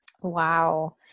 Wow